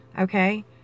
okay